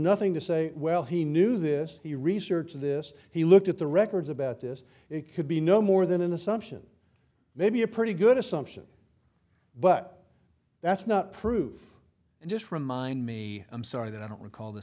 nothing to say well he knew this he researched this he looked at the records about this it could be no more than an assumption maybe a pretty good assumption but that's not proof and just remind me i'm sorry that i don't recall th